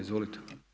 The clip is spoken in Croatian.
Izvolite.